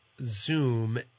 Zoom